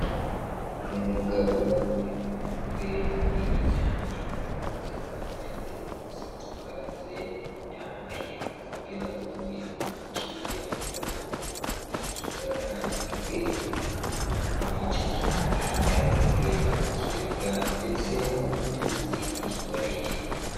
Umugabo ufite umutwe munini cyane. Akaba afite umusatsi ukaraze yambaye agapira k'umweru gaciye amaboko. Ni igikara ari kwerekana amafi menshi cyane yarobwe mu kiyaga ndetse no mu cyuzi yikoreye.